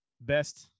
best